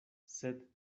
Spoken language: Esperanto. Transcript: sed